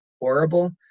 horrible